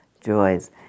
joys